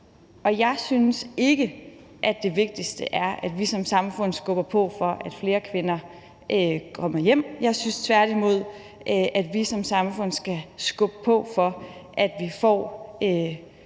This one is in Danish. Jeg synes ikke, at det vigtigste er, at vi som samfund skubber på for, at flere kvinder kommer hjem at gå. Jeg synes tværtimod, at vi som samfund skal skubbe på for, at vi får